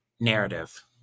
Narrative